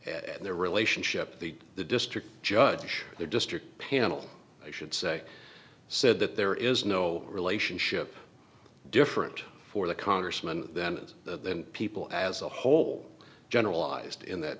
and their relationship to the the district judge their district panel i should say said that there is no relationship different for the congressman than the people as a whole generalized in that